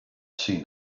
see